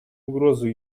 угрозу